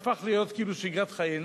שהפך להיות כאילו שגרתי,